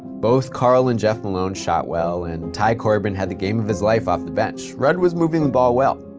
both karl and jeff malone shot well, and ty corbin had the game of his life off the bench. rudd was moving the ball well.